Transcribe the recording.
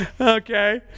Okay